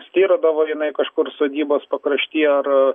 styrodavo jinai kažkur sodybos pakraštyje ar